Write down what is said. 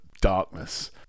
darkness